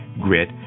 grit